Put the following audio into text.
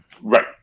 Right